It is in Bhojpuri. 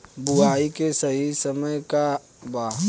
बुआई के सही समय का वा?